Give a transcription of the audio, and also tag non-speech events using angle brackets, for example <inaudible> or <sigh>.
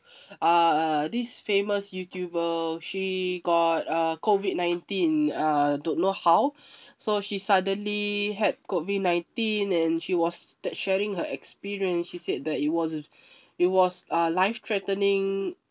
err this famous youtuber she got uh COVID nineteen uh don't know how <breath> so she suddenly had COVID nineteen and she was that sharing her experience she said that it was <breath> it was uh life threatening